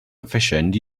efficient